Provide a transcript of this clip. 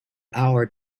hour